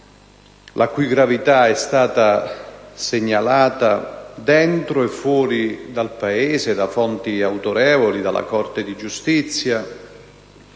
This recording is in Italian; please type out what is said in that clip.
la cui gravità è stata segnalata dentro e fuori dal Paese da fonti autorevoli, ad esempio, dalla Corte di giustizia.